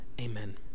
Amen